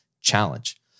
challenge